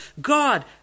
God